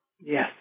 Yes